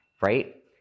right